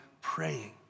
praying